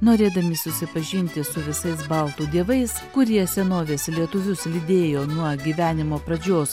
norėdami susipažinti su visais baltų dievais kurie senovės lietuvius lydėjo nuo gyvenimo pradžios